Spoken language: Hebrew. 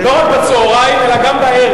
לא רק בצהריים, אלא גם בערב.